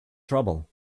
trouble